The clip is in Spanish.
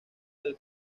del